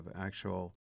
actual